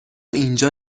اینجا